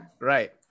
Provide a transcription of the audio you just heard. right